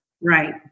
Right